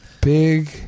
Big